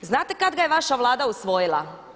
Znate kad ga je vaša Vlada usvojila?